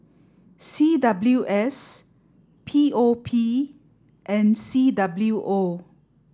C W S P O P and C W O